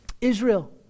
Israel